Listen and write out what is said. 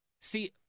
See